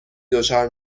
دچار